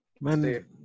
Man